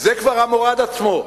זה כבר המורד עצמו.